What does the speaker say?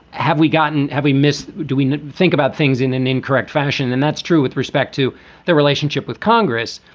have we gotten. have we missed? do we think about things in an incorrect fashion? and that's true with respect to the relationship with congress.